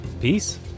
Peace